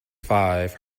five